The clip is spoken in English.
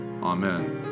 Amen